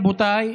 רבותיי,